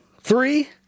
three